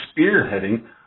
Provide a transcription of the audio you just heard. spearheading